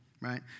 right